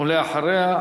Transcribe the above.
ואחריה,